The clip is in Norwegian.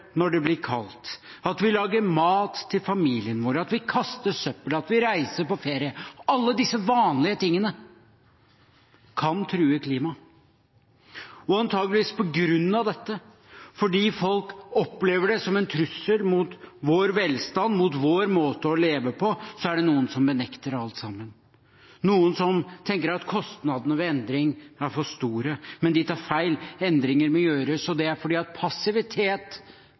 når det blir kaldt, at vi lager mat til familien vår, at vi kaster søppel, at vi reiser på ferie – alle disse vanlige tingene kan true klimaet. Antageligvis på grunn av dette – fordi folk opplever det som en trussel mot vår velstand, mot vår måte å leve på – er det noen som benekter alt sammen, noen som tenker at kostnadene ved endring er for store. Men de tar feil. Endringer må gjøres, og det er fordi passivitet